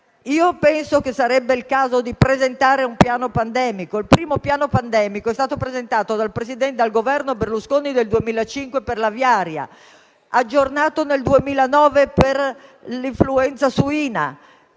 Penso che sarebbe il caso di presentare un piano pandemico. Il primo piano pandemico è stato presentato dal Governo Berlusconi nel 2005 per l'aviaria, aggiornato nel 2009 per l'influenza suina,